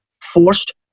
Forced